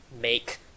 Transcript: make